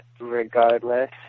regardless